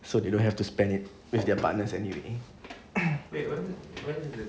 so they don't have to spend it with their partners anyway